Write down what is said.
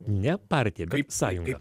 ne partiją kaip sąjungai